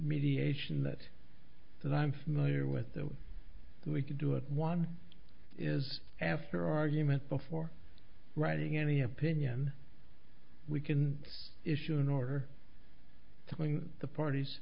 mediation that that i'm familiar with that we can do it one is after argument before writing any opinion we can issue an order telling the parties